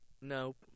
Nope